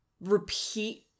repeat